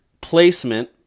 placement